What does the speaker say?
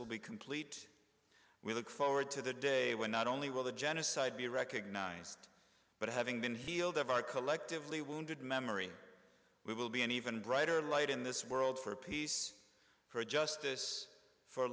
will be complete we look forward to the day where not only will the genocide be recognized but having been healed of our collectively wounded memory we will be an even brighter light in this world for peace for justice for